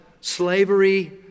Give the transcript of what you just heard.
slavery